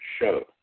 show